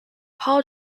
paul